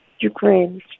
Ukraine